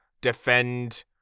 defend